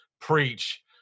preach